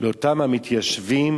לאותם המתיישבים,